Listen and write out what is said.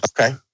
Okay